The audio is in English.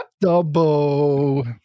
Double